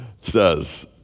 says